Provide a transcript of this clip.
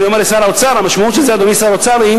ואני אומר לשר האוצר: אדוני שר האוצר,